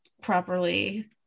properly